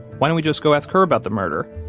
why don't we just go ask her about the murder?